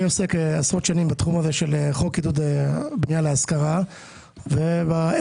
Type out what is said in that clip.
אני עוסק בתחום של חוק עידוד הבנייה להשכרה מזה עשרות שנים.